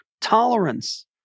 tolerance